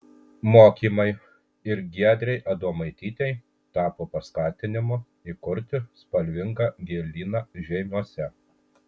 mokymai ir giedrei adomaitytei tapo paskatinimu įkurti spalvingą gėlyną žeimiuose